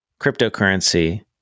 cryptocurrency